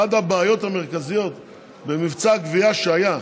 אחת הבעיות המרכזיות במבצע הגבייה שהיה,